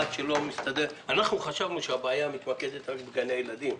אנחנו חשבנו שהבעיה מתמקדת רק בגני הילדים,